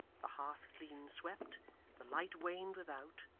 the hearth clean swept the light waned without,